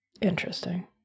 Interesting